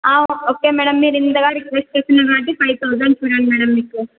okay madam మీరింతగా request చేస్తున్నారు కాబట్టి ఫైవ్ థౌజండ్ చూడండి మేడం మీకు